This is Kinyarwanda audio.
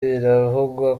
biravugwa